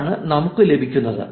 അതാണ് നമുക്ക് ലഭിക്കുന്നത്